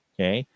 Okay